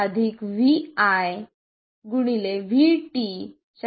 VGS0 vi VT